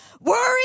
Worry